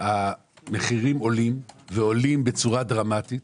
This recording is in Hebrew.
המחירים עולים, ובצורה דרמטית.